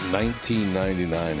1999